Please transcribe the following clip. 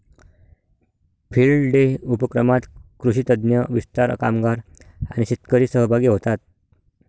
field day उपक्रमात कृषी तज्ञ, विस्तार कामगार आणि शेतकरी सहभागी होतात